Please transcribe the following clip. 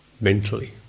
mentally